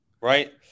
Right